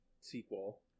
sequel